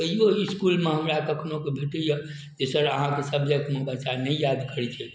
तैओ इसकुलमे हमरा कखनहुके भेटैए जे सर अहाँके सब्जेक्टमे बच्चा नहि याद करै छै